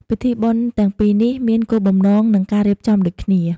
ពិធីបុណ្យទាំងពីនេះមានគោលបំណង និងការរៀបចំដូចគ្នា។